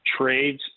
trades